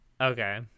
Okay